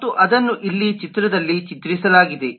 ಮತ್ತು ಅದನ್ನು ಇಲ್ಲಿ ಚಿತ್ರದಲ್ಲಿ ಚಿತ್ರಿಸಲಾಗಿದೆ